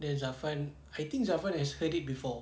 then zafran I think zafran has heard it before